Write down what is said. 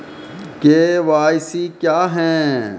KYC क्या हैं?